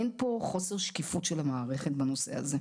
אין פה חוסר שקיפות של המערכת בנושא הזה.